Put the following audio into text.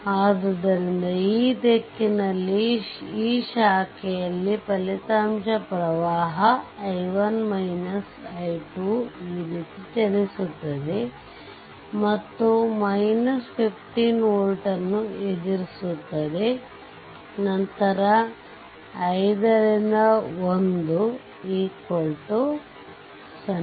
ಆದ್ದರಿಂದ ಈ ದಿಕ್ಕಿನಲ್ಲಿ ಈ ಶಾಖೆಯಲ್ಲಿ ಫಲಿತಾಂಶದ ಪ್ರವಾಹ i1 i2 ಈ ರೀತಿ ಚಲಿಸುತ್ತದೆ ಮತ್ತು 15 ವೋಲ್ಟ್ ನ್ನು ಎದುರಿಸುತ್ತದೆ ನಂತರ 5 ರಿಂದ 1 0